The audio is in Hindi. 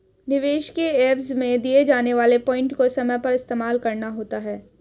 निवेश के एवज में दिए जाने वाले पॉइंट को समय पर इस्तेमाल करना होता है